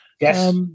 Yes